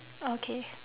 okay